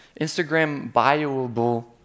Instagram-bioable